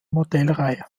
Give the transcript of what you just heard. modellreihe